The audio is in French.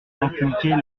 inculquer